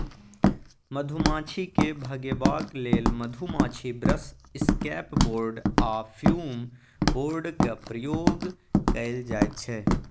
मधुमाछी केँ भगेबाक लेल मधुमाछी ब्रश, इसकैप बोर्ड आ फ्युम बोर्डक प्रयोग कएल जाइत छै